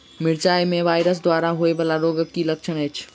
मिरचाई मे वायरस द्वारा होइ वला रोगक की लक्षण अछि?